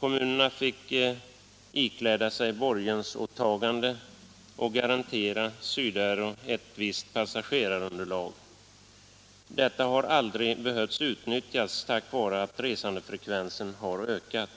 Kommunerna fick ikläda sig borgensåtagande och garantera Syd Aero ett visst passagerarunderlag. Detta har aldrig behövt utnyttjas tack vare att resandefrekvensen ökat.